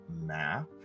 map